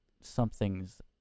something's